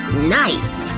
nice!